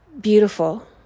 Beautiful